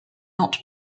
not